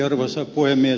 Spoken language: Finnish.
arvoisa puhemies